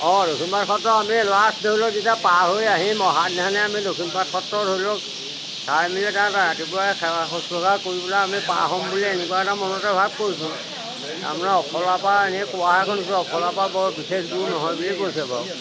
অঁ দক্ষিণপাট সত্ৰত আমি লাষ্ট ধৰি লওক এতিয়া পাৰ হৈ আহি আমি দক্ষিণপাট সত্ৰ ধৰি লওক চাই মেলি তাত ৰাতিপুৱাই সেৱা শুশ্ৰূষা কৰি পেলাই আমি পাৰ হ'ম বুলি এনেকুৱা এটা মনতে ভাৱ কৰিছোঁ তাৰমানে অফলাৰ পৰা এনেই কোৱাহে শুনিছোঁ অফলাৰ পৰা বৰ বিশেষ দূৰ নহয় বুলি কৈছে বাৰু